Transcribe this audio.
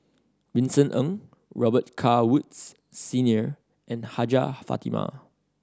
Vincent Ng Robet Carr Woods Senior and Hajjah Fatimah